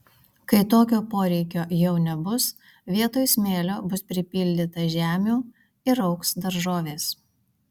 kai tokio poreikio jau nebus vietoj smėlio bus pripildyta žemių ir augs daržovės